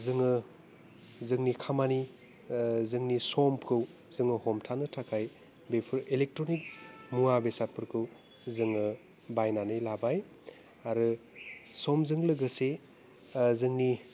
जोङो जोंनि खामानि समखौ जोङो हमथानो थाखाय बेफोर इलेकट्रनिक मुवा बेसादफोरखौ जोङो बायनानै लाबाय आरो समजों लोगोसे जोंनि